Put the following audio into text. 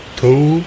two